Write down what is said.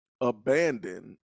abandon